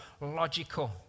logical